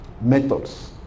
methods